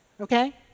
okay